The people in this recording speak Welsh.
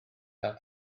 gael